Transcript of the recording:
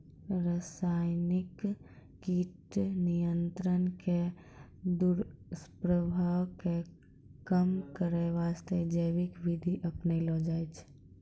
रासायनिक कीट नियंत्रण के दुस्प्रभाव कॅ कम करै वास्तॅ जैविक विधि अपनैलो जाय छै